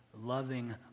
loving